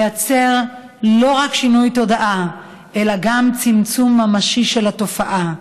לייצר לא רק שינוי תודעה אלא גם צמצום ממשי של התופעה.